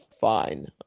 fine